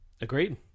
Agreed